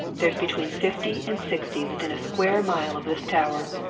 there's between fifty and sixty within a square mile of this tower.